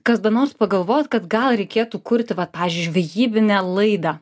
kada nors pagalvot kad gal reikėtų kurti vat pavyzdžiui žvejybinę laidą